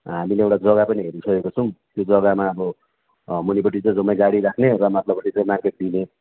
हामीले एउटा जग्गा पनि हेरिसकेको छौँ त्यो जग्गामा अब मुनिपट्टि चाहिँ जम्मै गाडी राख्ने र माथिल्लोपट्टि चाहिँ मार्केट दिने